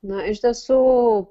na iš tiesų